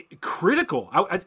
critical